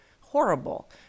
horrible